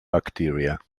bacteria